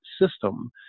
system